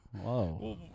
Whoa